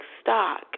stock